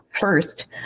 First